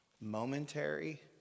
Momentary